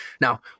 Now